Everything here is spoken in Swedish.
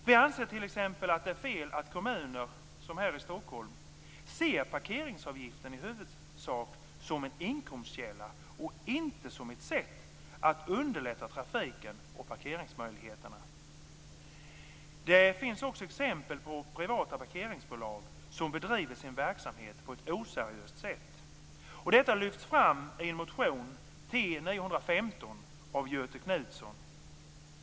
Vi anser t.ex. att det är fel att kommuner, som här i Stockholm, ser parkeringsavgifterna i huvudsak som en inkomstkälla och inte som ett sätt att underlätta trafiken och parkeringsmöjligheterna. Det finns också exempel på privata parkeringsbolag som bedriver sin verksamhet på ett oseriöst sätt.